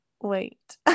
wait